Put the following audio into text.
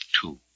Two